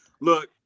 Look